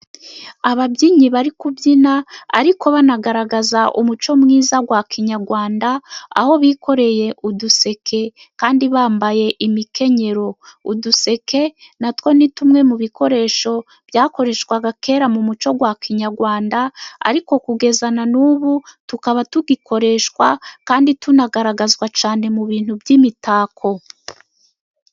Ababyinnyi bari kubyina ariko banagaragaza umuco mwiza wa kinyarwanda, aho bikoreye uduseke kandi bambaye imikenyero. Uduseke natwo ni tumwe mu bikoresho byakoreshwaga kera mu muco wa kinyarwanda, ariko kugeza na n'ubu tukaba tugikoreshwa, kandi tunagaragazwa cyane mu bintu by'imitako.